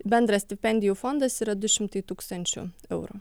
bendras stipendijų fondas yra du šimtai tūkstančių eurų